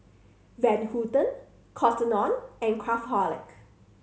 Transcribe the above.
Van Houten Cotton On and Craftholic